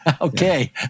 Okay